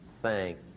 thank